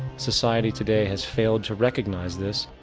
society today has failed to recognize this,